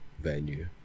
venue